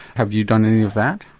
have you done any of that?